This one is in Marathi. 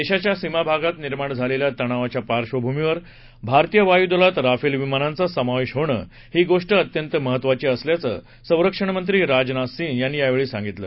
देशाच्या सीमाभागात निर्माण झालेल्या तणावाच्या पार्श्वभूमीवर भारतीय वायुदलात राफेल विमानांचा समावेश होणं ही गोष्ट अत्यंत महत्वाची असल्याचं संरक्षण मंत्री राजनाथ सिंग यांनी यावेळी सांगितलं